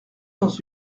dans